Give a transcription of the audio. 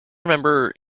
remember